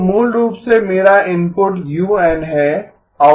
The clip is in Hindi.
तो मूल रूप से मेरा इनपुट u n है आउटपुट y n है